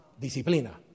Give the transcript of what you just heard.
Disciplina